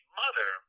mother